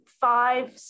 five